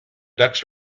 ducks